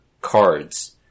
cards